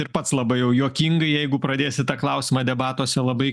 ir pats labai jau juokingai jeigu pradėsi tą klausimą debatuose labai